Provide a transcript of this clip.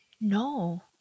No